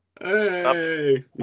Hey